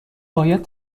باید